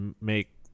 make